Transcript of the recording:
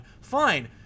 Fine